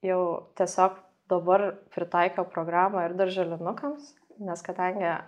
jau tiesiog dabar pritaikiau programą ir darželinukams nes kadangi